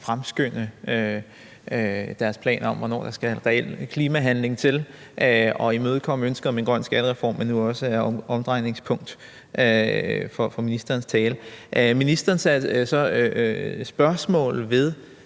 fremskynde deres planer om, hvornår der skal en reel klimahandling til, og imødekomme ønsket om en grøn skattereform, men nu også er omdrejningspunkt for ministerens tale. Ministeren satte så spørgsmålstegn